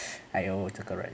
I owe to correct